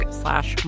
slash